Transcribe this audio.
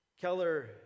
Keller